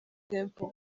temple